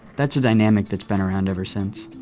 that's a dynamic that's been around ever since.